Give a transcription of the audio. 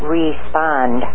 respond